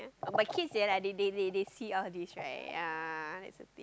but kids they are like they they they they they see all these right ya that's the